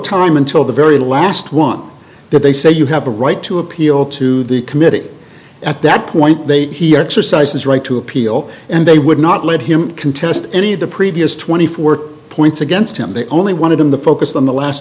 time until the very last one that they say you have a right to appeal to the committee at that point they hear your size is right to appeal and they would not let him contest any of the previous twenty four points against him they only wanted him to focus on the last